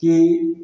कि